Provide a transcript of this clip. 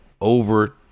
over